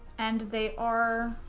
and they are,